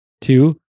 two